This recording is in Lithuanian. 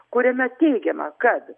kuriame teigiama kad